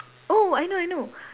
oh I know I know